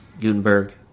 Gutenberg